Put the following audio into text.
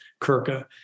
Kirka